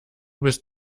bist